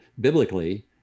biblically